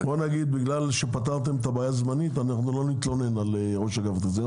בגלל שפתרתם את הבעיה זמנית אנחנו לא נתלונן על ראש אגף התקציבים,